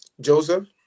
Joseph